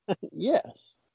Yes